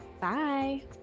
Bye